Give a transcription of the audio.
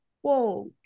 Whoa